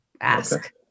ask